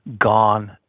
gone